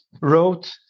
wrote